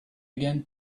again